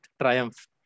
Triumph